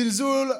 זלזול.